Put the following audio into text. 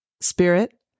Spirit